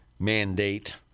mandate